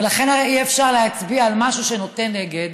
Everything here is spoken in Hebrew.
ולכן אי-אפשר להצביע על משהו שנוטה נגד.